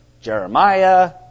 Jeremiah